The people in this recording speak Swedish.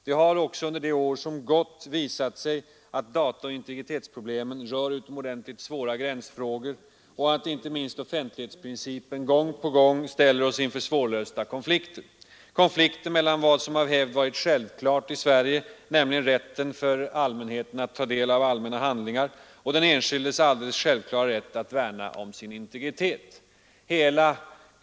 Det har också under det år som gått visat sig att dataoch integritetsproblemen rör utomordentligt svåra gränsfrågor och att inte minst offentlighetsprincipen gång på gång ställer oss inför svårlösta konflikter, konflikter mellan vad som av hävd varit självklart i Sverige, nämligen rätten att ta del av allmänna handlingar, och den enskildes alldeles självklara rätt att värna om sin integritet.